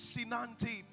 Sinanti